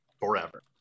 forever